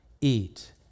eat